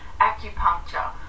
Acupuncture